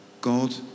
God